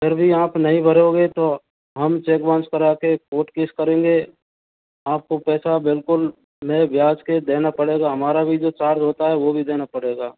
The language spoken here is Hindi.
फिर भी आप नहीं भरोगे तो हम चेक बाउंस करा के कोर्ट केस करेंगे आपको पैसा बिल्कुल मय ब्याज के देना पड़ेगा हमारा भी जो चार्ज होता है वो भी देना पड़ेगा